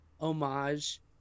homage